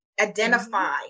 identify